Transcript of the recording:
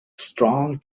strong